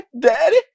Daddy